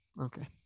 Okay